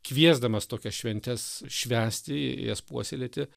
kviesdamas tokias šventes švęsti jas puoselėti